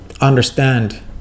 understand